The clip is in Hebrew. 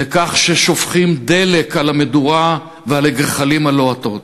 ששופכים דלק על המדורה ועל הגחלים הלוהטות.